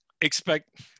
expect